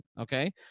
Okay